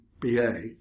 BA